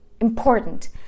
important